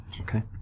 Okay